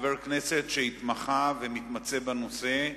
חבר כנסת שהתמחה ומתמצא בנושא,